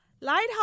Lighthouse